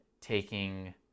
taking